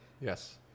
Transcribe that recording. Yes